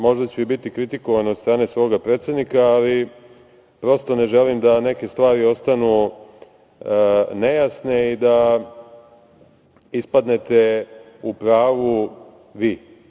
Možda ću i biti kritikovan od strane svog predsednika, ali prosto ne želim da neke stvari ostanu nejasne i da ispadnete u pravu vi.